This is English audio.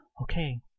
okay